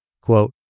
Quote